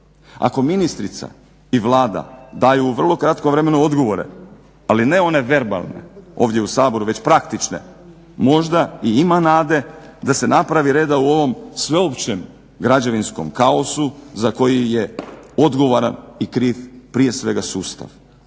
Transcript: Ako ministrica i Vlada daju u vrlo kratkom vremenu odgovore, ali ne one verbalne ovdje u saboru već praktične, možda i ima nade da se napravi reda u ovom sveopćem građevinskom kaosu za koji je odgovoran i kriv prije svega sustav.